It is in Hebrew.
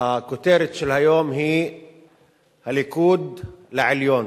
הכותרת של היום היא "הליכוד לעליון".